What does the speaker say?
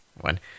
one